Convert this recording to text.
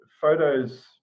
photos